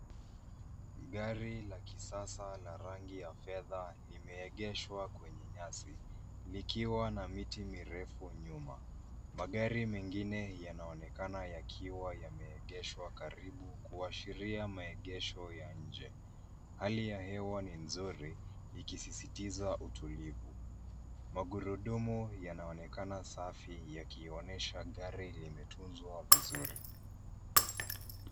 Gari la kisasa la rangi ya fedha limeegeshwa kwenye nyasi likiwa na miti mirefu nyuma. Magari mengine yanaonekana yakiwa yameegeshwa karibu, kuashiria maegesho ya nje. Hali ya hewa ni nzuri, ikisisitiza utulivu. Magurudumu yanaonekana safi, yakionyesha gari limetunzwa vizuri.